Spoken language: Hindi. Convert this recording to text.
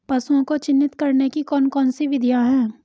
पशुओं को चिन्हित करने की कौन कौन सी विधियां हैं?